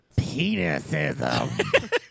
Penisism